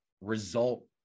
result